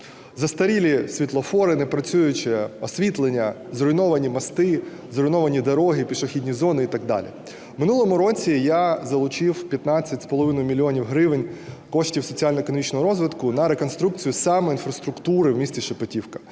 застарілі світлофори, непрацююче освітлення, зруйновані мости, зруйновані дороги, пішохідні зони і так далі. В минулому році я залучив 15,5 мільйона гривень коштів соціально-економічного розвитку на реконструкцію саме інфраструктури в місті Шепетівка.